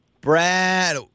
Brad